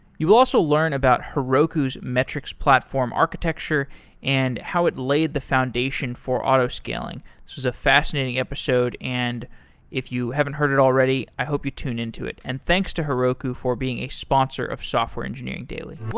you will also learn about heroku's metrics platform architecture and how it laid the foundation for auto scaling. this was a fascinating episode, and if you haven't heard already i hope you tune into it. and thanks to heroku for being a sponsor of software engineering daily